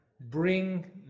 bring